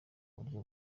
buryo